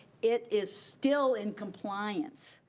it is still in compliance.